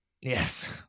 Yes